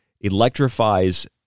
electrifies